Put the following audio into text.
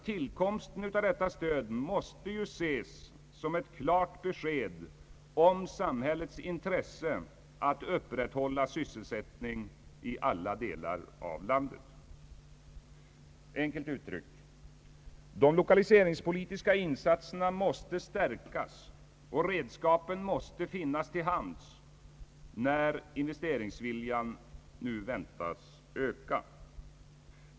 Tiilkomsten av detta stöd måste ju ses som ett klart besked om samhällets intresse att upprätthålla sysselsättning i alla delar av landet. Enkelt uttryckt: de lokaliseringspolitiska insatserna måste stärkas och redskapen måste finnas till hands när investeringsviljan nu väntas öka.